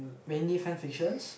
mainly science fictions